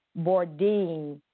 Bourdain